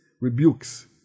rebukes